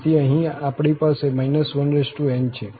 તેથી અહીં આપણી પાસે n છે